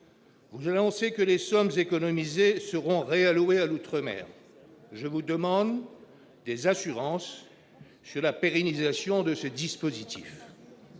Vous annoncez que les sommes économisées seront réallouées à l'outre-mer : je vous demande des assurances sur la pérennisation de ce dispositif.